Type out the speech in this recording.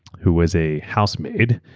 who was a housemaid.